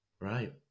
Right